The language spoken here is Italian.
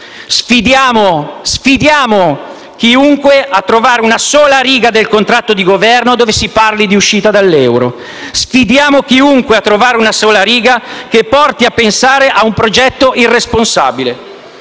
Sfidiamo chiunque a trovare una sola riga del contratto di Governo in cui si parli di uscita dall'euro: sfidiamo chiunque a trovare una sola riga che porti a pensare a un progetto irresponsabile.